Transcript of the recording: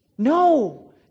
No